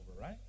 right